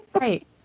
Right